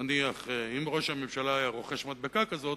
נניח, אם ראש הממשלה היה רוכש מדבקה כזאת,